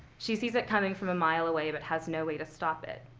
she sees it coming from a mile away but has no way to stop it.